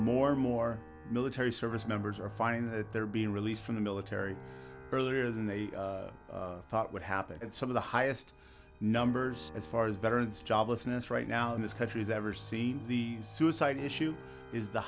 more and more military service members are finding that they're being released from the military earlier than they thought would happen and some of the highest numbers as far as veterans joblessness right now in this country's ever see the suicide issue is the